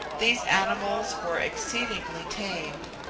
these animals were exceedingly tame,